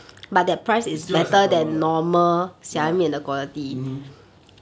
it's still acceptable ya mmhmm